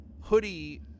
hoodie